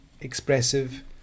expressive